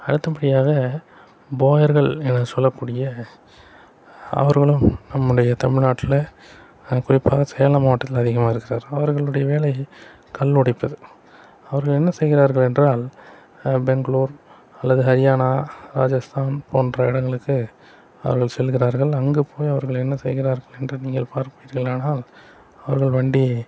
அடுத்தபடியாக போயர்கள் என சொல்லக்கூடிய அவர்களும் நம்முடைய தமிழ்நாட்டுல அங்கே குறிப்பாக சேலம் மாவட்டத்தில் அதிகமாக இருக்கிறார்கள் அவர்களுடைய வேலை கல் உடைப்பது அவர்கள் என்ன செய்கிறார்கள் என்றால் பெங்களூர் அல்லது ஹரியானா ராஜஸ்தான் போன்ற இடங்களுக்கு அவர்கள் செல்கிறார்கள் அங்கே போய் அவர்கள் என்ன செய்கிறார்கள் என்று நீங்கள் பார்ப்பீர்கள் ஆனால் அவர்கள் வண்டி